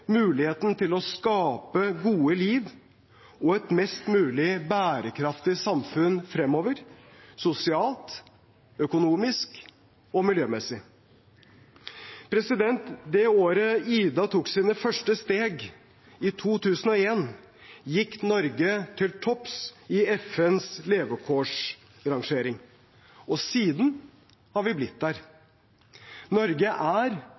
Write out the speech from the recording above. muligheten til å skape et godt liv og et mest mulig bærekraftig samfunn fremover – sosialt, økonomisk og miljømessig. Det året Ida tok sine første steg – i 2001 – gikk Norge til topps i FNs levekårsrangering. Og siden har vi blitt der. Norge er